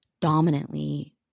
dominantly